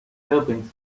doping